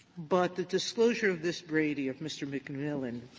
but the disclosure of this brady, of mr. mcmillan,